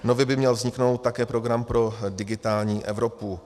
Nově by měl vzniknout také program pro digitální Evropu.